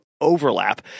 overlap